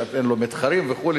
שאתם לא מתחרים וכו',